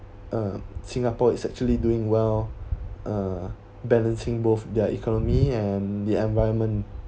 uh singapore is actually doing well uh balancing both their economy and the environment